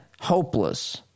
hopeless